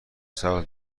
سبز